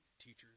teachers